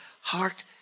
heart